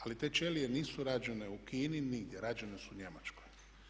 Ali te ćelije nisu rađene u Kini, nigdje, rađene su u Njemačkoj.